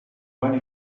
when